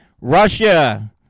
Russia